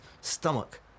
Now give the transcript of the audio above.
stomach